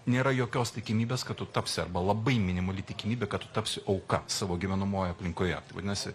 nėra jokios tikimybės kad tu tapsi arba labai minimali tikimybė kad tu tapsi auka savo gyvenamojoje aplinkoje vadinasi